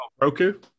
Roku